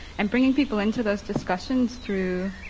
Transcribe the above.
and bringing people into those discussions through,